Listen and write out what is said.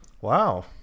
wow